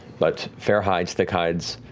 but fair hides, thick hides.